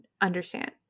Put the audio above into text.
understand